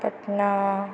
Patna